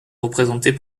représentée